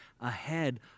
ahead